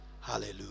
hallelujah